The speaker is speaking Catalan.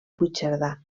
puigcerdà